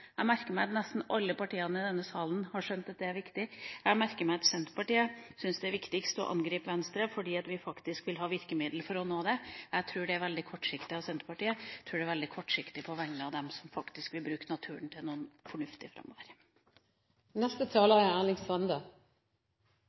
Jeg merker meg at nesten alle partiene i denne salen har skjønt at det er viktig. Jeg merker meg at Senterpartiet syns det er viktigst å angripe Venstre fordi vi faktisk vil ha virkemidler for å nå det. Jeg tror det er veldig kortsiktig av Senterpartiet. Jeg tror det er veldig kortsiktig på vegne av dem som vil bruke naturen til noe fornuftig